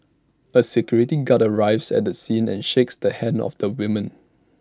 A security guard arrives at the scene and shakes the hand of the woman